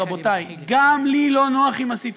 גם לי לא נוח עם הסיטואציה.